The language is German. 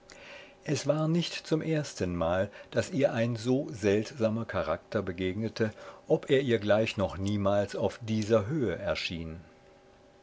es war nicht zum erstenmal daß ihr ein so seltsamer charakter begegnete ob er ihr gleich noch niemals auf dieser höhe erschien